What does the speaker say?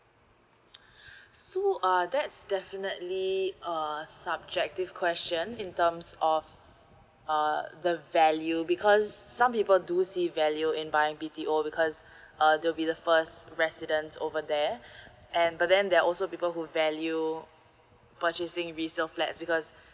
so uh that's definitely a subjective question in terms of uh the value because some people do see value in buying B_T_O because uh they'll be the first residents over there and but then there are also people who value purchasing be resale flats because